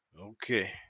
Okay